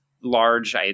large